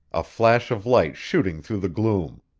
a flash of light shooting through the gloom.